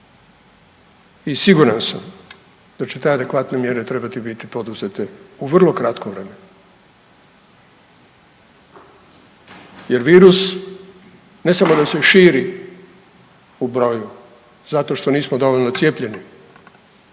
I siguran sam da će te adekvatne mjere trebati biti poduzete u vrlo kratkom vremenu jer virus ne samo da se širi u broju zato što nismo dovoljno cijepljeni